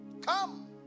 Come